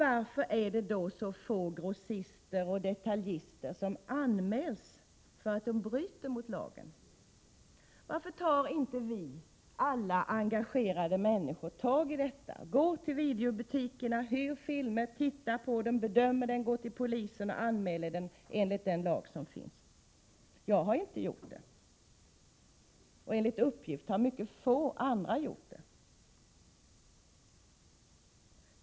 Varför är det då så få grossister och detaljister som anmäls för att de bryter mot lagen? Varför tar inte vi alla engagerade människor tag i detta, går till videobutikerna, hyr filmer, tittar på dem, bedömer dem och går till polisen och anmäler dem enligt den lag som finns? Jag har inte gjort det, och enligt uppgift har mycket få andra gjort det.